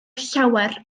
llawer